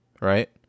right